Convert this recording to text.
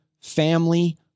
family